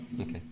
Okay